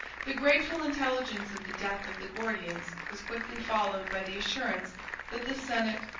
the grateful intelligence of the death of the gordians was quickly followed by the assurance that the senate,